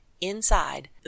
inside